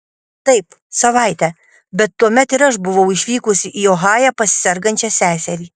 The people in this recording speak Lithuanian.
taip savaitę bet tuomet ir aš buvau išvykusi į ohają pas sergančią seserį